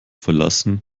verlassen